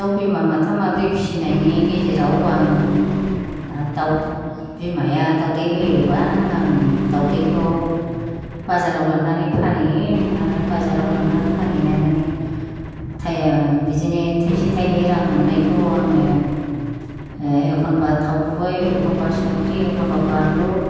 दाव बिमा माथाम माब्रै फिसिनायनि गेजेराव आं दाव बिमाया दावदै होयोब्ला आं दावदैखौ बाजाराव लांनानै फानहैयो आरो बाजाराव लांनानै फानहैनानै बिदिनो थाइसे थाइनै रां मोननायखौ आङो एखनब्ला थाव गुबै एखनब्ला संख्रि एखनब्ला बानलु